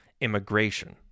immigration